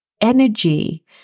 energy